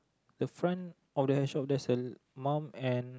the front of the shop there is a mum and